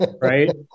Right